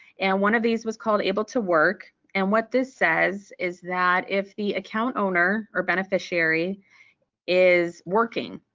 and one of these was called able to work and what this says is that if the account owner or beneficiary is working,